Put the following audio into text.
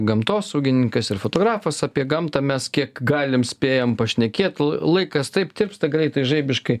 gamtosaugininkas ir fotografas apie gamtą mes kiek galim spėjam pašnekėt laikas taip tirpsta greitai žaibiškai